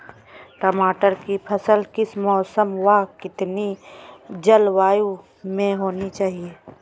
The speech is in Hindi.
टमाटर की फसल किस मौसम व कितनी जलवायु में होनी चाहिए?